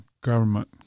government